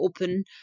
open